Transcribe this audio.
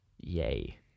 Yay